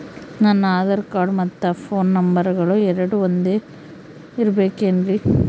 ನನ್ನ ಆಧಾರ್ ಕಾರ್ಡ್ ಮತ್ತ ಪೋನ್ ನಂಬರಗಳು ಎರಡು ಒಂದೆ ಇರಬೇಕಿನ್ರಿ?